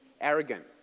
arrogant